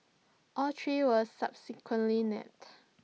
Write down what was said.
all three were subsequently nabbed